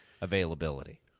availability